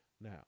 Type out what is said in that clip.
Now